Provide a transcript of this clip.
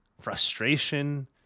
frustration